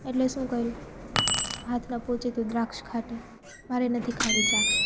એટલે શું કર્યું હાથ ન પોંચે તો દ્રાક્ષ ખાટી મારે નથી ખાવી દ્રાક્ષ